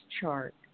chart